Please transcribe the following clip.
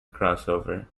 crossover